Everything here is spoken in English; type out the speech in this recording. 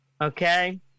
Okay